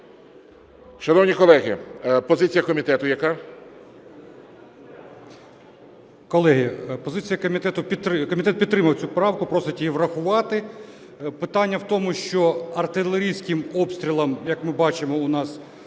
Шановні колеги, позиція комітету яка?